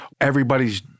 Everybody's